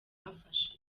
bafashe